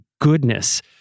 goodness